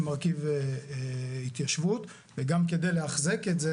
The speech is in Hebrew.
מרכיב התיישבות וגם כדי לתחזק את זה,